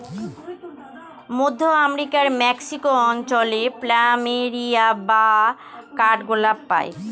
মধ্য আমেরিকার মেক্সিকো অঞ্চলে প্ল্যামেরিয়া বা কাঠগোলাপ পাই